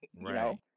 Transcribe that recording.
Right